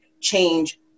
change